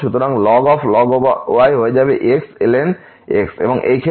সুতরাং log y হয়ে যাবে xln x এবং এই ক্ষেত্রে